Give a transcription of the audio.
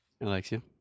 Alexia